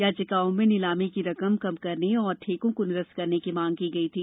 याचिकाओं में नीलामी की रकम कम करने और ठेकों को निरस्त करने की मांग की गई थी